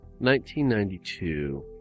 1992